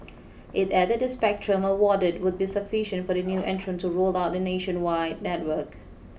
it added the spectrum awarded would be sufficient for the new entrant to roll out a nationwide network